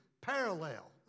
parallel